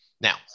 now